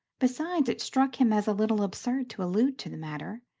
besides, it struck him as a little absurd to allude to the matter.